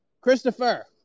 Christopher